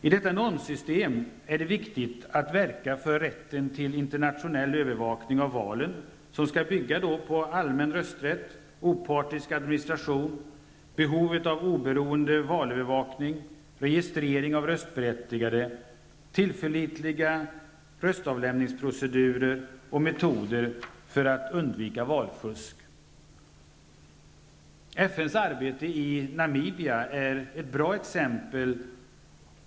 I detta normsystem är det viktigt att verka för rätten till internationell övervakning av valen, som skall bygga på allmän rösträtt, opartisk administration, behovet av oberoende valövervakning, registrering av röstberättigade, tillförlitliga röstavlämningsprocedurer och metoder för att undvika valfusk. FNs arbete i Namibia är ett bra exempel.